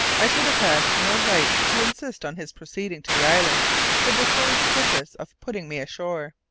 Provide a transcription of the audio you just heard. i should have had no right to insist on his proceeding to the island for the sole purpose of putting me ashore.